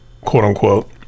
quote-unquote